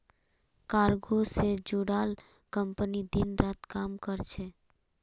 cargo से जुड़ाल company दिन रात काम कर छे